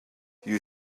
you